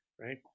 right